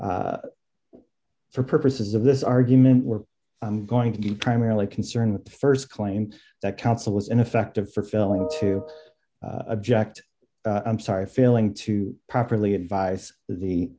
for purposes of this argument were going to be primarily concerned with the st claim that counsel was ineffective for failing to object i'm sorry failing to properly advise the